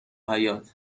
حیاط